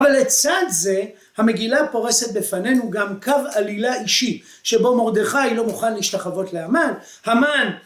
אבל לצד זה המגילה פורסת בפנינו גם קו עלילה אישי שבו מרדכי לא מוכן להשתחוות להמן, המן...